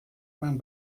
man